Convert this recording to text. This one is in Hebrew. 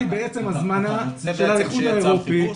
בעצם הזמנה של האיחוד האירופי,